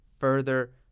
further